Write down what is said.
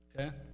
Okay